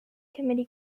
committee